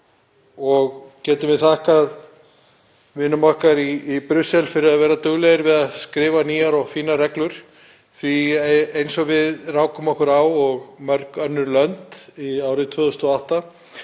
og getum við þakkað vinum okkar í Brussel fyrir að vera duglegir að skrifa nýjar og fínar reglur því eins og við rákum okkur á, og mörg önnur lönd, árið 2008